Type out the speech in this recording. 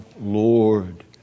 Lord